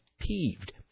peeved